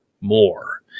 more